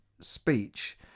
speech